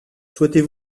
souhaitez